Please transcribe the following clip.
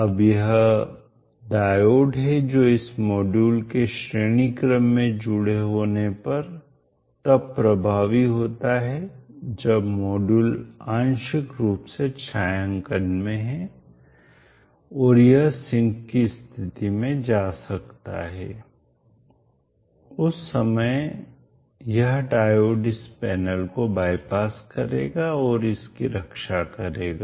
अब यह डायोड है जो इस मॉड्यूल के श्रेणी क्रम में जुड़े होने पर तब प्रभावी होता है जब यह मॉड्यूल आंशिक रूप से छायांकन में है और यह सिंक की स्थिति में जा सकता है उस समय यह डायोड इस पैनल को बायपास करेगा और इसकी रक्षा करेगा